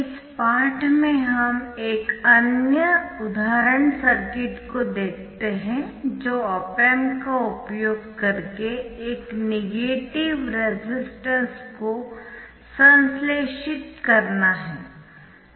इस पाठ में हम एक अन्य उदाहरण सर्किट को देखते है जो ऑप एम्प का उपयोग करके एक नेगेटिव रेसिस्टेंस को संश्लेषित करना है